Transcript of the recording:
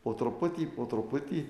po truputį po truputį